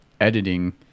editing